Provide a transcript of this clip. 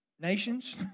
Nations